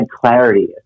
clarity